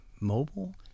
Mobile